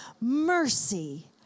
Mercy